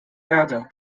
erde